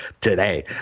today